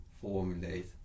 formulate